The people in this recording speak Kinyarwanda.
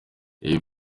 iyi